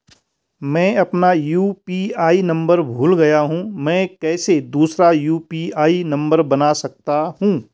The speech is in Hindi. मैं अपना यु.पी.आई नम्बर भूल गया हूँ मैं कैसे दूसरा यु.पी.आई नम्बर बना सकता हूँ?